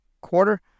quarter